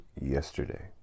yesterday